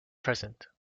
present